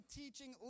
teaching